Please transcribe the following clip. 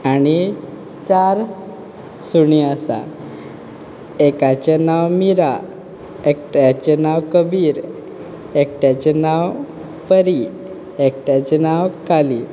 आनी चार सुणीं आसा एकाचें नांव मिरा एकट्याचें नांव कबीर एकट्याचें नांव परी एकट्याचें नांव काली